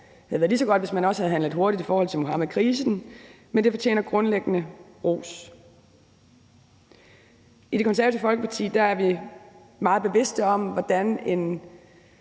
Det havde været lige så godt, hvis man også havde handlet hurtigt i forhold til Muhammedkrisen. Men det fortjener grundlæggende ros. I Det Konservative Folkeparti er vi meget bevidste om, hvordan en